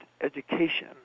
education